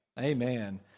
Amen